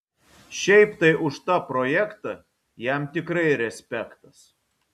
šiaip tai už tą projektą jam tikrai respektas